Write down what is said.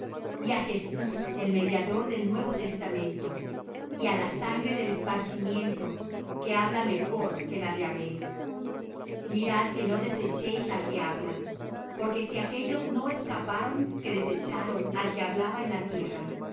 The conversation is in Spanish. á jesús el mediador del nuevo testamento y á la sangre del esparcimiento que habla mejor que la de abel mirad que no desechéis al que habla porque si aquellos no escaparon que desecharon al que hablaba en la tierra